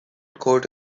caught